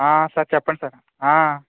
sir చెప్పండి sir